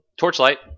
torchlight